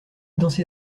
danser